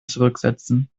zurücksetzen